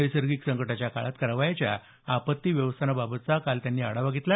नैसर्गिक संकटाच्या काळात करावयाच्या आपत्ती व्यवस्थापनाबाबतचा काल त्यांनी आढावा घेतला